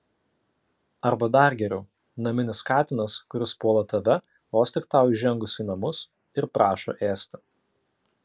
arba dar geriau naminis katinas kuris puola tave vos tik tau įžengus į namus ir prašo ėsti